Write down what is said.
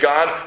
God